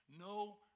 no